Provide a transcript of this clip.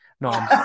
no